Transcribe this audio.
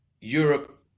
Europe